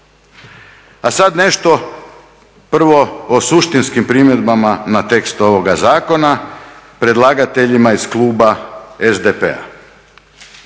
A sada nešto prvo o suštinskim primjedbama na tekst ovoga zakona, predlagateljima iz kluba SDP-a.